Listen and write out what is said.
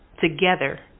Together